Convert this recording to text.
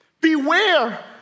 Beware